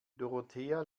dorothea